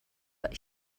but